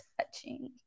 touching